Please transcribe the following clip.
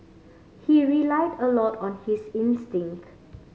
he relied a lot on his instincts